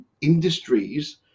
industries